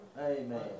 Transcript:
Amen